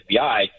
FBI